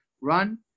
run